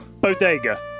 bodega